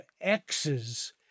X's